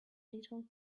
little